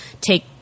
take